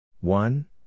One